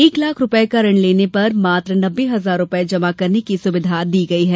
एक लाख रूपये का ऋण लेने पर मात्र नब्बे हजार रूपये जमा करने की सुविधा दी गई है